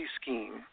scheme